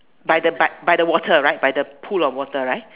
by the by by the water right by the pool of water right